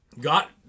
got